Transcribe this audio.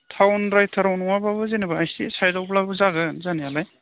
थाउनद्रायथाराव नङाबाबो जेनेबा एसे साइडआवब्लाबो जागोन जानायालाय